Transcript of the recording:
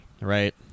right